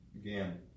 again